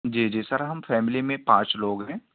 جی جی سر ہم فیملی میں پانچ لوگ ہیں